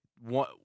one